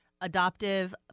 adoptive